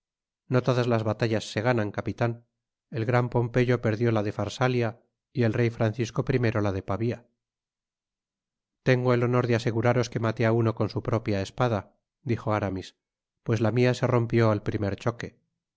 no toda las bataltas se ganan capitan el gran pompeyo perdió la d e fajaba y el rey francisco i la de pavia t tengo el honor de aseguraros que maté á uno con su propia espada dijo aramis pues la mia se rompió al primer choque